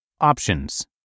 options